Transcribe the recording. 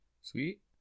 Sweet